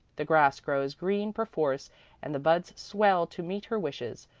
the grass grows green perforce and the buds swell to meet her wishes,